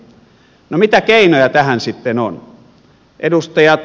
no mitä keinoja tähän sitten on